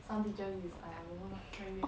some teacher is like don't know lah very weird cause